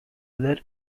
other